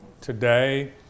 today